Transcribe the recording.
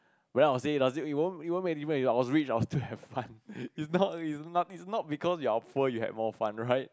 well I will say does it it won't it won't make a difference if I were rich I will still have fun it's not it's not it's not because you are poor you had more fun right